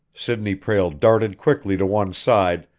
sidney prale darted quickly to one side,